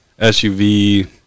SUV